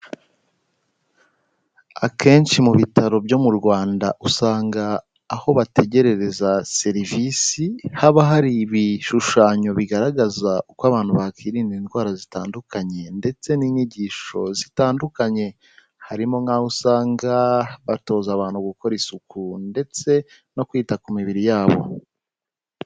Akenshi mu bitaro byo mu Rwanda usanga aho bategerereza serivisi haba hari ibishushanyo bigaragaza uko abantu bakwinda indwara zitandukanye ndetse n'inyigisho zitandukanye, harimo nk'aho usanga batoza abantu gukora isuku ndetse no kwita ku mibiri yabo.